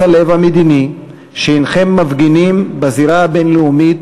הלב המדיני שהנכם מפגינים בזירה הבין-לאומית,